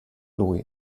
lui